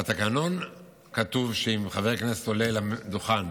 בתקנון כתוב שאם חבר כנסת עולה לדוכן